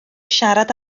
siarad